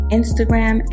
Instagram